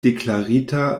deklarita